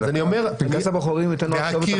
אתה אומר: לצורך הבחירות אני רוצה לגור שם.